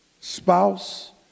spouse